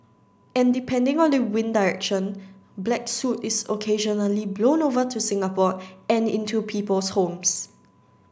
and depending on the wind direction black soot is occasionally blown over to Singapore and into people's homes